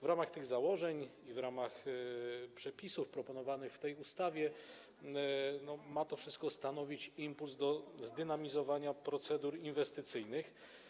W ramach tych założeń, w ramach przepisów proponowanych w tej ustawie ma to wszystko stanowić impuls do zdynamizowania procedur inwestycyjnych.